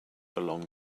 along